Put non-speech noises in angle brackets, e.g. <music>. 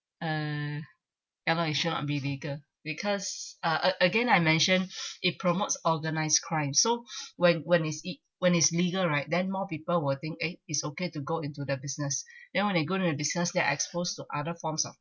uh and why it should not be legal because uh a~ again I mention <breath> it promotes organised crime so when when is it when is legal right then more people will think eh is okay to go into the business then when they go into the business they are exposed to other forms of